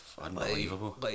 unbelievable